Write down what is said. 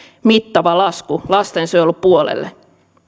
mittava lasku lastensuojelupuolelle